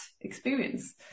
experience